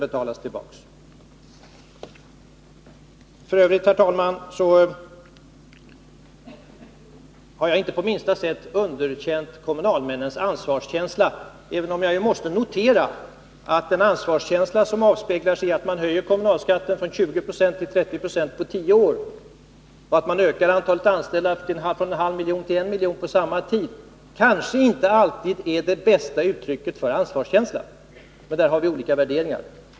F. ö., herr talman, har jag inte på minsta sätt underkänt kommunalmännens ansvarskänsla — även om jag måste notera att en höjning av kommunalskatten från 20 till 30 20 på tio år och en ökning av antalet anställda från en halv miljon till en miljon på samma tid kanske inte är det bästa uttrycket för ansvarskänsla. Men på den punkten har vi olika värderingar.